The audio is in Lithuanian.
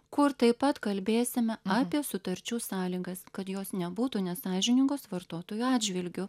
kur taip pat kalbėsime apie sutarčių sąlygas kad jos nebūtų nesąžiningos vartotojų atžvilgiu